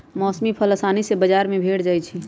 मौसमी फल असानी से बजार में भेंट जाइ छइ